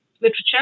literature